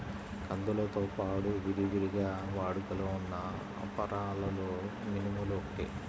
కందులతో పాడు విరివిగా వాడుకలో ఉన్న అపరాలలో మినుములు ఒకటి